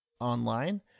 online